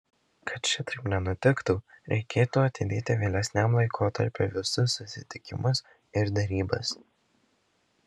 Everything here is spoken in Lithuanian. kad šitaip nenutiktų reikėtų atidėti vėlesniam laikotarpiui visus susitikimus ir derybas